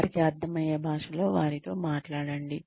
వారికి అర్థమయ్యే భాషలో వారితో మాట్లాడండి